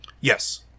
Yes